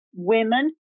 Women